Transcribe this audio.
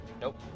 Nope